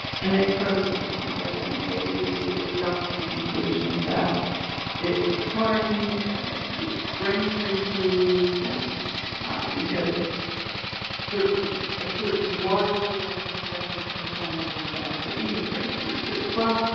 and they started looking at it and they immediately jumped the conclusion that it was taurine and it's these grain free foods, and because a ah certain larger than expected percentage of dogs were eating grain free foods. well,